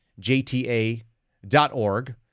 jta.org